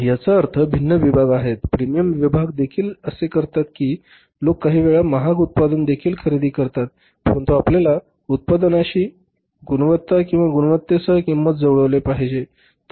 याचा अर्थ भिन्न विभाग आहेत प्रीमियम विभाग देखील असे करतात की लोक काही वेळा महाग उत्पादन देखील खरेदी करतात परंतु आपल्याला उत्पादनाशी गुणवत्ता किंवा गुणवत्तेसह किंमत जुळवली पाहिजे